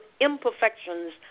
imperfections